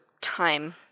time